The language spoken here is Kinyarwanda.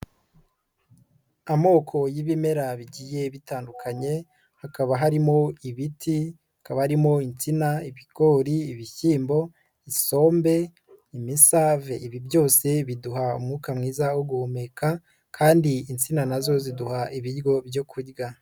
Amoko y'ibimera bigiye bitandukanye, hakaba harimo ibiti, hakaba arimo insina, ibigori ibishyimbo, isombe, imisave. Ibi byose biduha umwuka mwiza wo guhumeka kandi insina na zo ziduha ibiryo byo kurya.